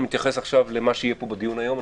ומתייחס עכשיו למה שיהיה פה בדיון היום.